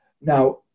Now